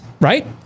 right